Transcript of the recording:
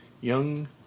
Young